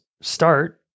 start